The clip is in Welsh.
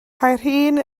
caerhun